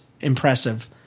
impressive